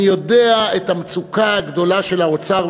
אני יודע את המצוקה הגדולה של האוצר,